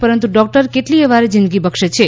પરંતુ ડોકટર કેટલીયવાર જીંદગી બક્ષે છે